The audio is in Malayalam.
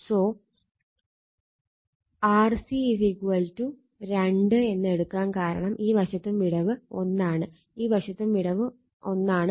So RC 2 എന്ന് എടുക്കാൻ കാരണം ഈ വശത്തും വിടവ് 1 ആണ് ഈ വശത്തും വിടവ് 1 ആണ്